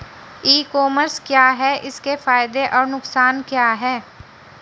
ई commerce क्या है इसके फायदे और नुकसान क्या है?